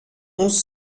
onze